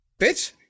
Bitch